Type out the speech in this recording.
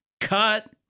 cut